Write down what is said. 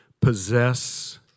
possess